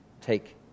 take